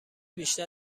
بیشتر